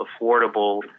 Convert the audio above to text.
affordable